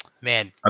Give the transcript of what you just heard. Man